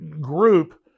group